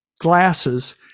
glasses